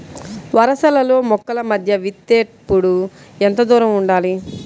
వరసలలో మొక్కల మధ్య విత్తేప్పుడు ఎంతదూరం ఉండాలి?